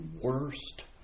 worst